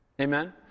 Amen